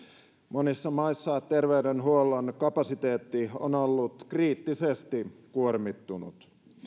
monissa maissa terveydenhuollon kapasiteetti on ollut kriittisesti kuormittunut